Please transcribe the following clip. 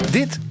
Dit